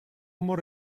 more